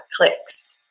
clicks